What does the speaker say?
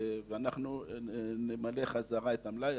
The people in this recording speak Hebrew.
ואנחנו נמלא בחזרה את המלאי.